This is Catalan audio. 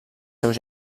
seus